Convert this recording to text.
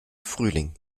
frühling